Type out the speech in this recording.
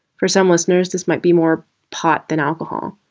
for some listeners this might be more pot than alcohol